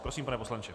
Prosím, pane poslanče.